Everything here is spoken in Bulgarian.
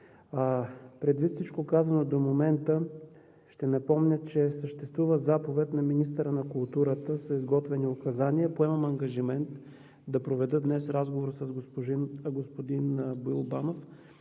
Предвид всичко казано до момента, ще напомня, че съществува заповед на министъра на културата с изготвени указания. Поемам ангажимент днес да проведа разговор с господин Боил Банов,